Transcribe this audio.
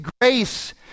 grace